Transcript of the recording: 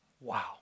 Wow